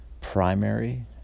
primary